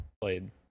played